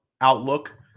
outlook